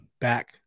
back